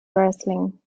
wrestling